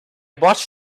watched